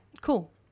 cool